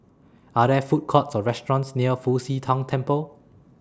Are There Food Courts Or restaurants near Fu Xi Tang Temple